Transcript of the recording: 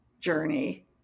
journey